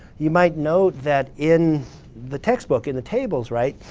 you might note that in the textbook, in the tables, right,